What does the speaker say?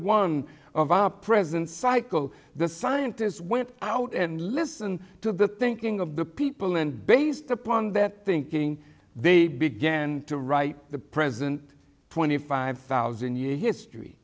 one present cycle the scientists went out and listened to the thinking of the people and based upon that thinking they began to write the present twenty five thousand year history